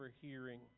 hearing